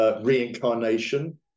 reincarnation